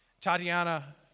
Tatiana